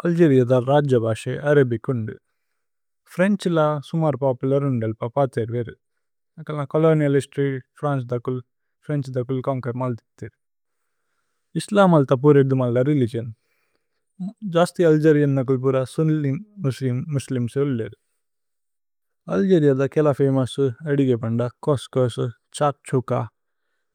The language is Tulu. അല്ഗേരിഅ ദ രജബസേ അരബിക് ഉന്ദു। ഫ്രേന്ഛ് ല സുമര് പോപുലര് ഉന്ദല്പ, പതേര് വേരു। അകല് ന കോലോനിഅല് ഹിസ്തോര്യ്, ഫ്രന്ചേ ദ കുല്, ഫ്രേന്ഛ് ദ കുല് കോന്കര് മല്ദിത് തേരു। ഇസ്ലമ് അല്ത പോരേദ്ദുമ് അല്ല രേലിഗിഓന്। ജസ്തി അല്ഗേരിഅന്ന കുല് പുര സുനിലിമ് മുസ്ലിമ്സ് വില്ലേര്। അല്ഗേരിഅ ദ കേല ഫമോഉസ് അദിഗേ പന്ദ, കോസ്-കോസ്, ഛത്-ഛോക,